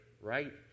right